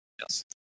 Yes